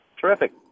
Terrific